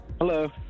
Hello